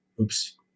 Oops